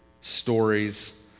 stories